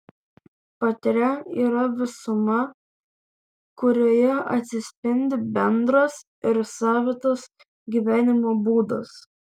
patria yra visuma kurioje atsispindi bendras ir savitas gyvenimo būdas